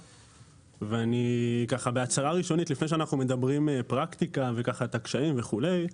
ואני בהצהרה ראשונית לפני שאנחנו מדברים פרקטיקה ועל הקשיים וכולי,